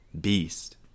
Beast